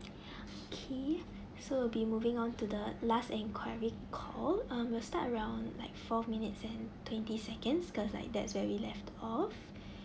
okay so we'll be moving on to the last enquiry call um we'll start around like four minutes and twenty seconds cause like that's where we left off